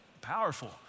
powerful